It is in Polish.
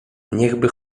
niechby